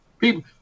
People